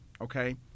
okay